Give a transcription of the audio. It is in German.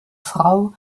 frau